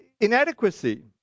inadequacy